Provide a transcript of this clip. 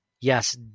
yes